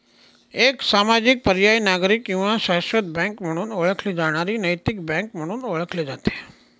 एक सामाजिक पर्यायी नागरिक किंवा शाश्वत बँक म्हणून ओळखली जाणारी नैतिक बँक म्हणून ओळखले जाते